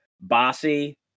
Bossy